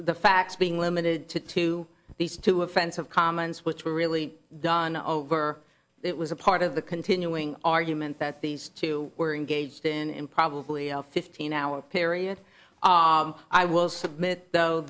the facts being limited to two these two offensive comments which were really done over it was a part of the continuing argument that these two were engaged in in probably fifteen hour period i will submit though